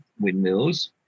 windmills